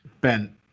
Ben